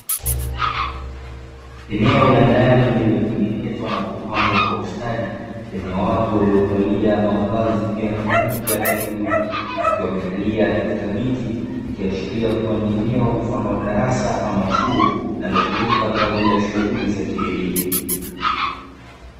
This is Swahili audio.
Eneo la ndani lililotengenezwa na kupambwa kwa ustadi, lenye watu waliovalia mavazi ya rangi moja ya bluu, wakiwa wamekalia katika viti, ikiashiria kuwa ni eneo mfano wa darasa ama chuo, linalotumika kwa ajili ya shughuli za kielimu.